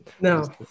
No